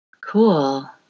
Cool